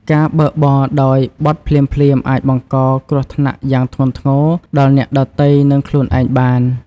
ការបើកបរដោយបទភ្លាមៗអាចបង្កគ្រោះថ្នាក់យ៉ាងធ្ងន់ធ្ងរដល់អ្នកដ៏ទៃនិងខ្លួនឯងបាន។